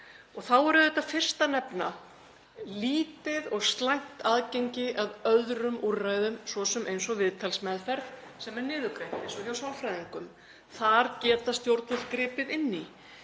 Þá er auðvitað fyrst að nefna lítið og slæmt aðgengi að öðrum úrræðum, svo sem eins og viðtalsmeðferð sem er niðurgreidd, eins og hjá sálfræðingum. Þar geta stjórnvöld gripið inn í.